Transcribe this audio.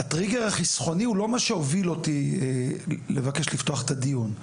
שהטריגר החסכוני הוא לא מה שהוביל אותי לבקש לפתוח את הדיון,